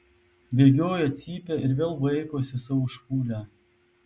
bėgioja cypia ir vėl vaikosi savo špūlę